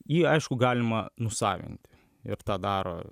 jį aišku galima nusavinti ir tą daro